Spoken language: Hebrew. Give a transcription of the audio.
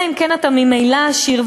אלא אם כן אתה ממילא עשיר,